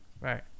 right